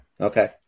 Okay